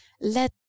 let